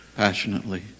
Passionately